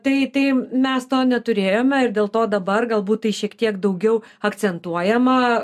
tai tai mes to neturėjome ir dėl to dabar galbūt tai šiek tiek daugiau akcentuojama